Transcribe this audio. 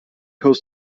has